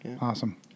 awesome